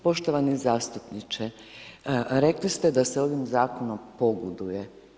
Poštovani zastupniče, rekli ste da se ovim Zakonom pogoduje.